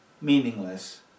meaningless